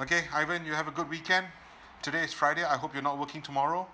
okay ivan you have a good weekend today is friday I hope you're not working tomorrow